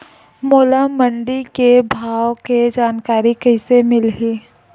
मोला मंडी के भाव के जानकारी कइसे मिलही?